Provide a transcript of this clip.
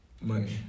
money